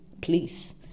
please